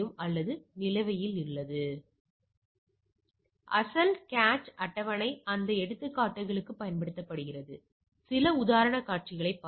எனவே இதை நீங்கள் நினைவில் வைத்திருங்கள் அவை ஒன்றே மற்றும் மாற்று கருதுகோள் என்பது அவை ஒன்றல்ல